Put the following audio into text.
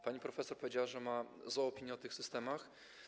Pani profesor powiedziała, że ma złą opinię o tych systemach.